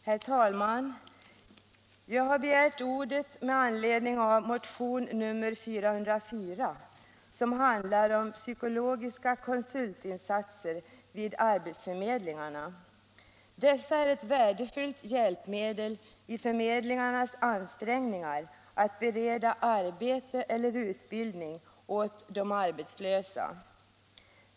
Herr talman! Jag har begärt ordet med anledning av motionen 404 som handlar om psykologiska konsultinsatser vid arbetsförmedlingarna. Dessa insatser är ett värdefullt hjälpmedel i förmedlingarnas ansträngningar att bereda arbete eller utbildning åt de arbetslösa.